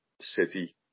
City